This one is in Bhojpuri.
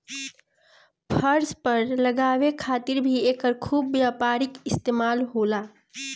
फर्श पर लगावे खातिर भी एकर खूब व्यापारिक इस्तेमाल होला